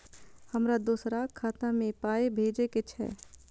हमरा दोसराक खाता मे पाय भेजे के छै?